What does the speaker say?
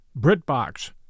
BritBox